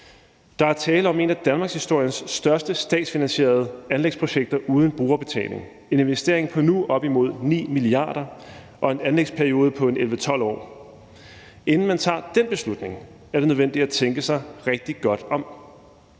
Der er tale om et af danmarkshistoriens største statsfinansierede anlægsprojekter uden brugerbetaling, en investering på nu op imod 9 mia. kr. og en anlægsperiode på 11-12 år. Inden man tager den beslutning, er det nødvendigt at tænke sig rigtig godt om.